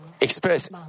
express